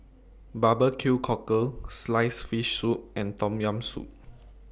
Barbecue Cockle Sliced Fish Soup and Tom Yam Soup